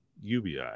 UBI